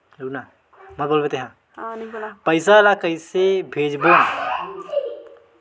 पईसा ला कइसे भेजबोन?